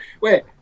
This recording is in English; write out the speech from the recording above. Wait